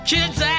Kids